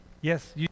Yes